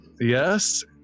Yes